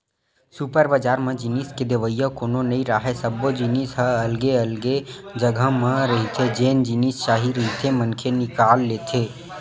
super बजार म जिनिस के देवइया कोनो नइ राहय, सब्बो जिनिस ह अलगे अलगे जघा म रहिथे जेन जिनिस चाही रहिथे मनखे निकाल लेथे